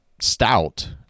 stout